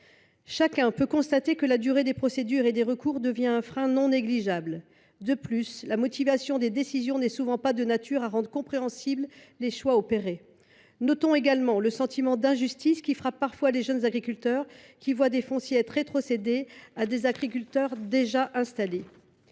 Chacun peut constater que la durée des procédures et des recours devient un frein non négligeable. De plus, la motivation des décisions n’est souvent pas de nature à rendre compréhensibles les choix opérés. Notons également le sentiment d’injustice frappant les jeunes agriculteurs, qui voient des fonciers rétrocédés à des agriculteurs déjà installés.